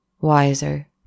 wiser